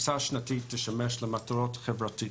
הקצאה שנתית תשמש למטרות חברתיות,